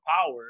power